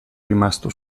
rimasto